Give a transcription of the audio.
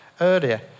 earlier